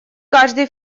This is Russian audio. каждый